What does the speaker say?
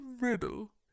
riddle